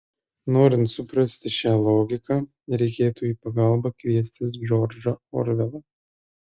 norint suprasti šią logiką reikėtų į pagalbą kviestis džordžą orvelą